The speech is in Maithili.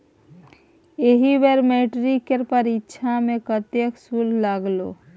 एहि बेर मैट्रिक केर परीक्षा मे कतेक शुल्क लागलौ?